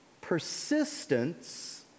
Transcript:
Persistence